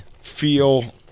feel